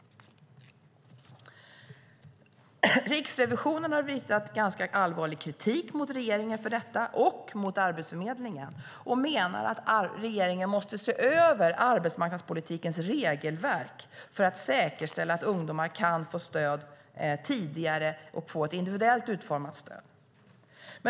Riksrevisionen har riktat ganska allvarlig kritik mot regeringen och Arbetsförmedlingen för detta och menar att regeringen måste se över arbetsmarknadspolitikens regelverk för att säkerställa att ungdomar kan få stöd tidigare samt få ett individuellt utformat stöd.